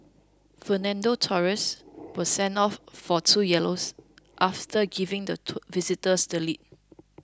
Fernando Torres was sent off for two yellows after giving the to visitors the lead